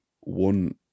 one